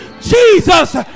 Jesus